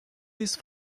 these